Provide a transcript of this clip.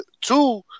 two